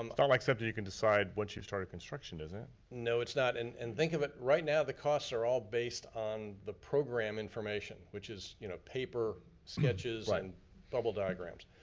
um not like something you can decide once you've started construction, is it? no it's not, and and think of it, right now the costs are all based on the program information, which is you know paper sketches and bubble diagrams.